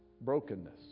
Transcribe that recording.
brokenness